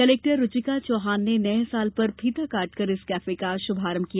collector Ruchika Chauhan ने नए साल पर फीता काटकर इस कैफे का शुभारंभ किया